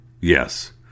Yes